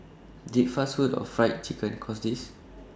did fast food or Fried Chicken cause this